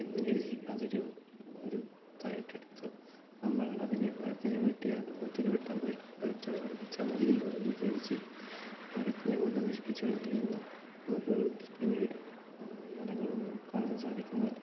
എന്നു കരുതി അതൊരു ഒരു ഇതായിട്ടെടുത്ത് നമ്മൾ അതിനെ മരത്തിനെ വെട്ടിയാലോ മറ്റൊരു വെട്ടാൻ മറ്റൊരു മരം വെച്ചാൽ മതിയല്ലോ എന്നു വിചാരിച്ച് മരത്തിനെ മുഴുവൻ നശിപ്പിച്ച് കളയുകയും ആ കാലയളവ് പിന്നീട് മരങ്ങളൊന്നും കാണാൻ സാധിക്കുന്നതല്ല